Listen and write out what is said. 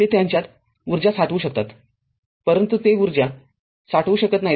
ते त्यांच्यात ऊर्जा साठवू शकतातपरंतु ते ऊर्जा साठवू शकत नाहीत